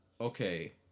okay